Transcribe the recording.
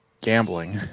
gambling